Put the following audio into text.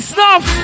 Snuff